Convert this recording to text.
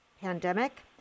pandemic